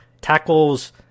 tackles